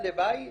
הלוואי,